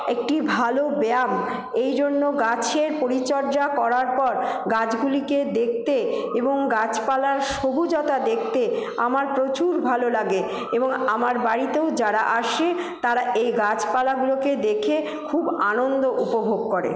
একটি ভালো ব্যায়াম এই জন্য গাছের পরিচর্যা করার পর গাছগুলিকে দেখতে এবং গাছপালার সবুজতা দেখতে আমার প্রচুর ভালো লাগে এবং আমার বাড়িতেও যারা আসে তারা এই গাছপালাগুলোকে দেখে খুব আনন্দ উপভোগ করে